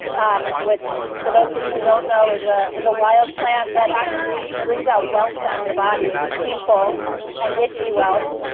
um which for those of you who don't know is ah is a wild plant that actually brings out welts on your body, painful and itchy welts,